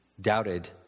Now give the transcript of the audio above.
doubted